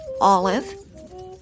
olive